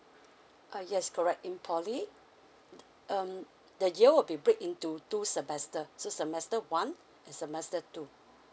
uh yes correct in poly um the year would be break into two semester so semester one semester two